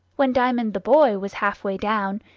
when diamond the boy was half-way down,